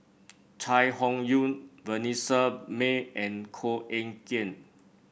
Chai Hon Yoong Vanessa Mae and Koh Eng Kian